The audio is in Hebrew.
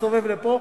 מסתובב לפה.